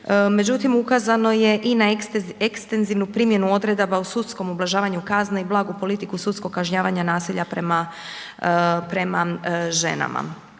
međutim ukazano je i na ekstenzivnu primjenu odredba o sudskom ublažavanju kazne i blagu politiku sudskog kažnjavanja nasilja prema ženama.